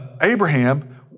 Abraham